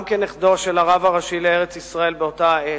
גם כנכדו של הרב הראשי לארץ-ישראל באותה העת,